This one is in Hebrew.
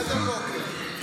אתם רוצים ללכת?